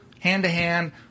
hand-to-hand